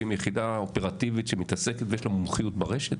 ועם יחידה אופרטיבית שמתעסקת ויש לה מומחיות ברשת